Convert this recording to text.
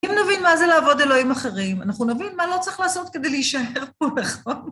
אם נבין מה זה לעבוד אלוהים אחרים, אנחנו נבין מה לא צריך לעשות כדי להישאר פה, נכון?